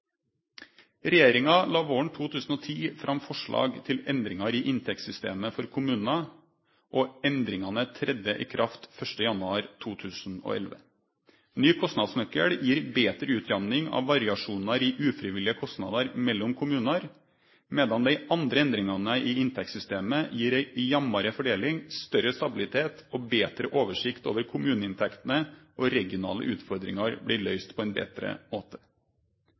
inntektssystemet for kommunane, og endringane blei sette i kraft 1. januar 2011. Ny kostnadsnøkkel gir betre utjamning av variasjonane i ufrivillige kostnader mellom kommunar, medan dei andre endringane i inntektssystemet gir ei jamnare fordeling, større stabilitet og betre oversikt over kommuneinntektene, og regionale utfordringar blir løyste på ein betre måte.